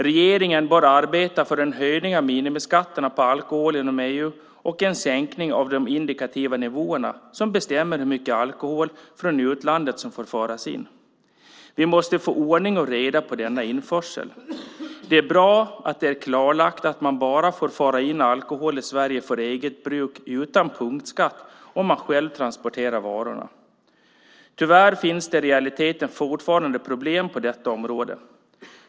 Regeringen bör arbeta för en höjning av minimiskatterna på alkohol inom EU och en sänkning av de indikativa nivåerna som bestämmer hur mycket alkohol från utlandet som får föras in. Vi måste få ordning och reda på denna införsel. Det är bra att det är klarlagt att man bara får föra in alkohol i Sverige för eget bruk utan punktskatt om man själv transporterar varorna. Tyvärr finns det i realiteten fortfarande problem på detta område.